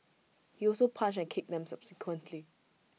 he also punched and kicked them subsequently